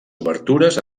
obertures